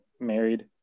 married